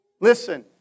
Listen